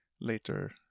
later